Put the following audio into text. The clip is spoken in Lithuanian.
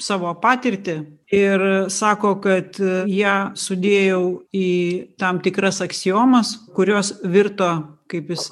savo patirtį ir sako kad ją sudėjau į tam tikras aksiomas kurios virto kaip jis